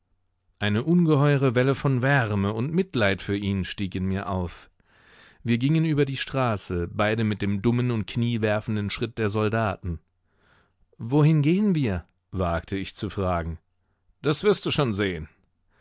eine ungeheure welle von wärme und mitleid für ihn stieg in mir auf wir gingen über die straße beide mit dem dummen und kniewerfenden schritt der soldaten wohin gehen wir wagte ich zu fragen das wirst du schon sehen